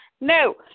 No